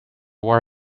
war